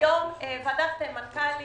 היום ועדת מנכ"לים,